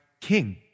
king